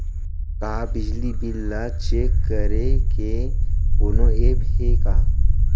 का बिजली बिल ल चेक करे के कोनो ऐप्प हे का?